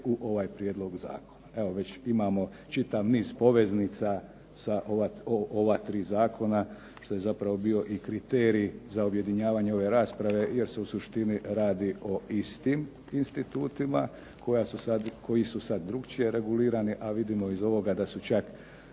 u ovaj prijedlog zakona. Evo već imamo čitav niz poveznica sa ova tri zakona, što je zapravo bio i kriterij za objedinjavanje ove rasprave, jer se u suštini radi o istim institutima, koji su sad drukčije regulirani, a vidimo iz ovoga da su čak,